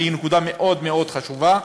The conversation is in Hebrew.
והיא נקודה מאוד מאוד חשובה,